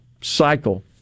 cycle